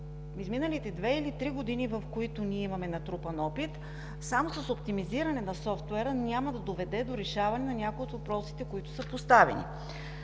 изминалите две или три години, в които ние имаме натрупан опит, само с оптимизиране на софтуера няма да доведе до решаване на някои от въпросите, които са поставени.